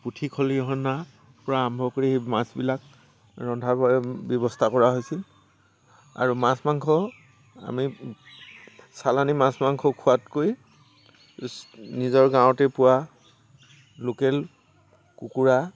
পুঠি খলিহনাৰপৰা আৰম্ভ কৰি মাছবিলাক ৰন্ধাৰ ব্যৱস্থা কৰা হৈছিল আৰু মাছ মাংস আমি চালানি মাছ মাংস খোৱাতকৈ নিজৰ গাঁৱতে পোৱা লোকেল কুকুৰা